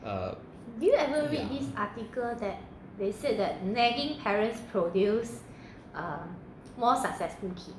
uh yeah